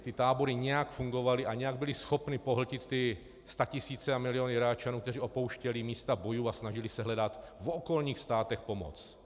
Ty tábory nějak fungovaly a nějak byly schopny pohltit ty statisíce a miliony Iráčanů, kteří opouštěli místa bojů a snažili se hledat v okolních státech pomoc.